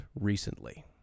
recently